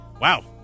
wow